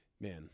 man